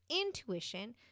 intuition